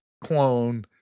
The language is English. clone